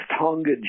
Tonga